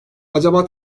acaba